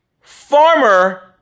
Farmer